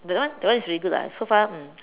that one that one is really good lah so far mm